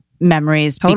memories